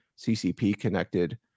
CCP-connected